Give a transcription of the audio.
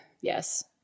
Yes